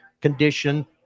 condition